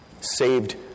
saved